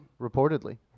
Reportedly